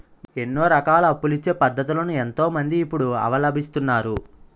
ఎన్నో రకాల అప్పులిచ్చే పద్ధతులను ఎంతో మంది ఇప్పుడు అవలంబిస్తున్నారు